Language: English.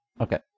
Okay